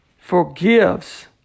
forgives